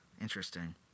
interesting